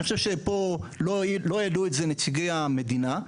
ואני חושב שפה לא העלו את זה נציגי המדינה,